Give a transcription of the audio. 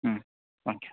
ம் ஓகே